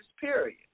period